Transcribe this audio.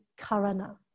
karana